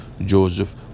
Joseph